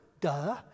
Duh